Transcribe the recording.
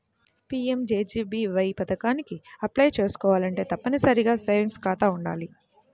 PMJJBY పథకానికి apply చేసుకోవాలంటే తప్పనిసరిగా సేవింగ్స్ ఖాతా వుండాలి